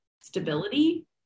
stability